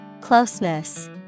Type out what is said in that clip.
Closeness